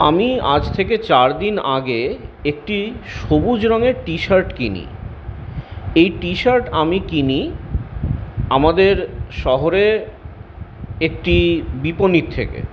আমি আজ থেকে চারদিন আগে একটি সবুজ রঙের টিশার্ট কিনি এই টিশার্ট আমি কিনি আমাদের শহরের একটি বিপণির থেকে